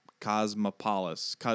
Cosmopolis